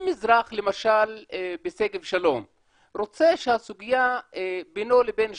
אם אזרח למשל בשגב שלום רוצה שהסוגיה בינו לבין שכנו,